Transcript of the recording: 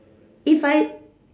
if I